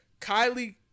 Kylie